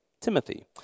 Timothy